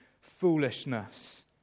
foolishness